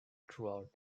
throughout